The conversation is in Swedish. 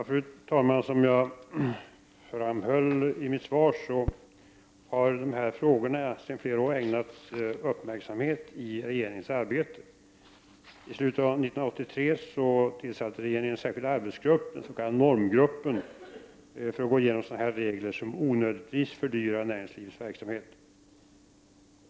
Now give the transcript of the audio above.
Fru talman! Som jag framhöll i mitt svar har dessa frågor sedan flera år ägnats uppmärksamhet i regeringens arbete. I slutet av 1983 tillsatte regeringen en särskild arbetsgrupp, den s.k. normgruppen, för att gå igenom sådana regler som onödigtvis fördyrar näringslivets verksamhet.